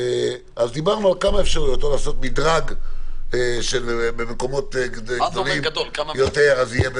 דיברנו על כמה אפשרויות כמו לעשות מדרג במקומות גדולים יותר.